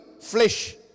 flesh